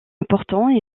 important